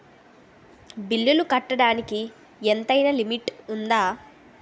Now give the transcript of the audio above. బిల్లులు కట్టడానికి ఎంతైనా లిమిట్ఉందా?